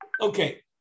Okay